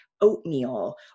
oatmeal